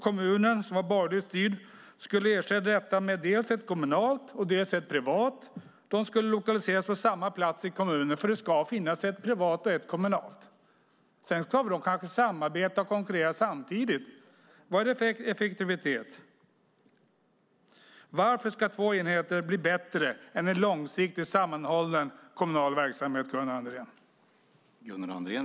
Kommunen, som var borgerligt styrd, skulle ersätta detta med dels ett kommunalt, dels ett privat som skulle lokaliseras på samma plats i kommunen eftersom det ska finnas ett privat och ett kommunalt äldreboende. Sedan ska de kanske samarbeta och konkurrera samtidigt. Vad är det för effektivitet? Varför ska två enheter bli bättre än en långsiktig sammanhållen kommunal verksamhet, Gunnar Andrén?